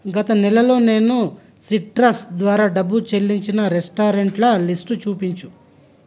గత నెలలో నేను సిట్రస్ ద్వారా డబ్బు చెల్లించిన రెస్టారెంట్ల లిస్టు చూపించు